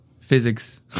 physics